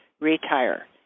Retire